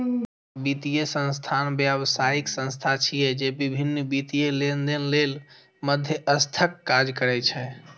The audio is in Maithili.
वित्तीय संस्थान व्यावसायिक संस्था छिय, जे विभिन्न वित्तीय लेनदेन लेल मध्यस्थक काज करै छै